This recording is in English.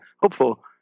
hopeful